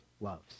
loves